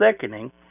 thickening